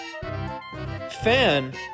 Fan